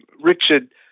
Richard